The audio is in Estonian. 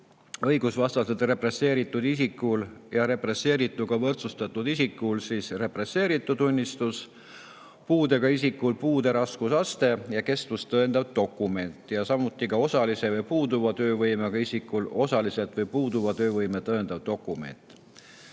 õigusvastaselt represseeritud isikul ja represseerituga võrdsustatud isikul represseeritu tunnistus, puudega isikul puude raskusastet ja kestvust tõendav dokument, samuti osalise või puuduva töövõimega isikul osalist või puuduvat töövõimet tõendav dokument.